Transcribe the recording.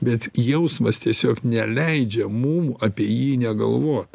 bet jausmas tiesiog neleidžia mum apie jį negalvot